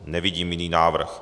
Nevidím jiný návrh.